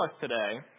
today